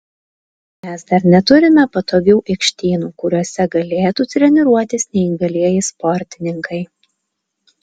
mes dar neturime patogių aikštynų kuriuose galėtų treniruotis neįgalieji sportininkai